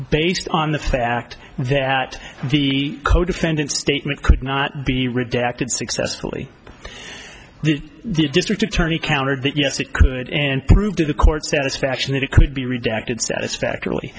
based on the fact that the codefendant statement could not be redacted successfully the district attorney countered that yes it could and proved to the court satisfaction that it could be redacted satisfactorily